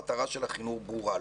המטרה של החינוך ברורה.